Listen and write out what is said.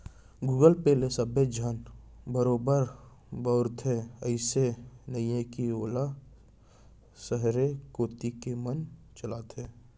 Google Pay ल सबे झन बरोबर बउरथे, अइसे नइये कि वोला सहरे कोती के मन चलाथें